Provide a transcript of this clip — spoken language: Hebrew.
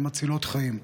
הן מצילות חיים.